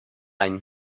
line